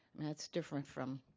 that's different from